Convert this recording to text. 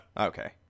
Okay